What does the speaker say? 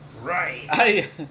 right